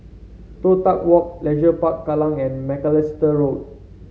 Toh Tuck Walk Leisure Park Kallang and Macalister Road